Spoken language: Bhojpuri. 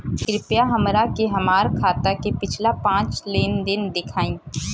कृपया हमरा के हमार खाता के पिछला पांच लेनदेन देखाईं